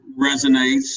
resonates